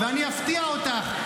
ואני אפתיע אותך,